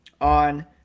on